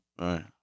Right